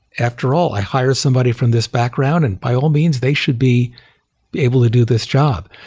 after all, i hire somebody from this background, and by all means they should be able to do this job.